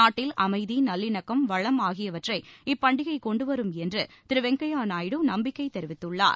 நாட்டில் அமைதி நல்லிணக்கம் வளம் ஆகியவற்றை இப்பண்டிகை கொண்டு வரும் என்று திரு வெங்கைய்யா நாயுடு நம்மிக்கை தெரிவித்துள்ளார்